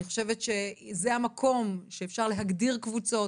חושבת שזה המקום שבו אפשר להגדיר קבוצות,